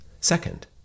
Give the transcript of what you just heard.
Second